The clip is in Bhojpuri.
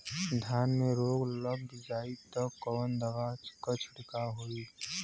धान में रोग लग जाईत कवन दवा क छिड़काव होई?